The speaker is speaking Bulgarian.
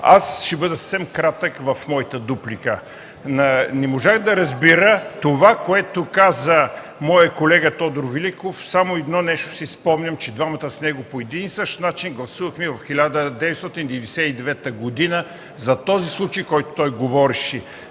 Ще бъда съвсем кратък в моята дуплика. Не можах да разбера това, което каза моят колега Тодор Великов. Само едно нещо си спомням, че двамата с него по един и същи начин гласувахме през 1999 г. – за този случай, който той говореше.